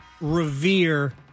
revere